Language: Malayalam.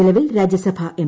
നിലവിൽ രാജ്യസഭാ എം